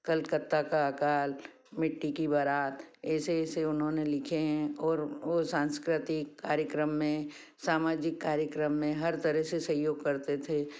कलकत्ता का अकाल मिट्टी की बारात ऐसे ऐसे उन्होंने लिखें हैं और वो सांस्कृतिक कार्यक्रम में सामाजिक कार्यक्रम में हर तरह से सहयोग करते थे